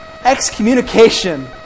Excommunication